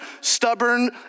stubborn